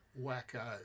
Wacko